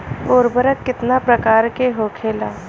उर्वरक कितना प्रकार के होखेला?